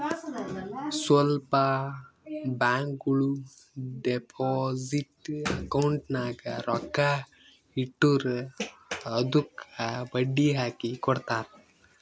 ಸ್ವಲ್ಪ ಬ್ಯಾಂಕ್ಗೋಳು deposit account ನಾಗ್ ರೊಕ್ಕಾ ಇಟ್ಟುರ್ ಅದ್ದುಕ ಬಡ್ಡಿ ಹಾಕಿ ಕೊಡ್ತಾರ್